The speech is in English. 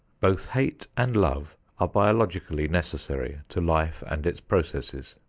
both hate and love are biologically necessary to life and its processes.